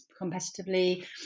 competitively